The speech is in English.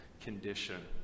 condition